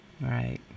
Right